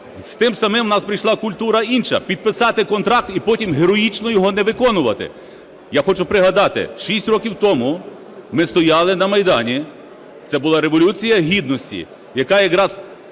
З тим самим у нас прийшла культура інша, підписати контракт і потім героїчно його не виконувати. Я хочу пригадати, 6 років тому ми стояли на Майдані, це була Революція Гідності, яка якраз